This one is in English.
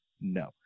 No